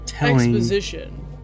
exposition